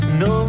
no